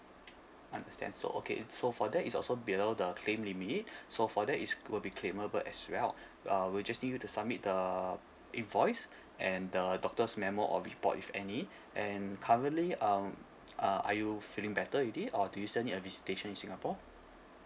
understand so okay so for that it's also below the claim limit so for that is will be claimable as well uh we'll just need you to submit the invoice and the doctor's memo or report if any and currently um uh are you feeling better already or do you still need a visitation in singapore